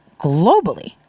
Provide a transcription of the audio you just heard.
globally